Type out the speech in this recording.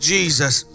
Jesus